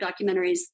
documentaries